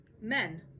Men